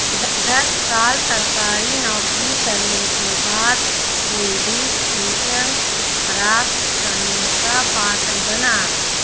दस साल सरकारी नौकरी करने के बाद कुलदीप पेंशन प्राप्त करने का पात्र बना